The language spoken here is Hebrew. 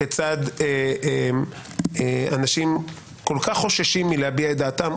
כיצד אנשים כל כך חוששים מלהביע את דעתם,